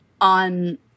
on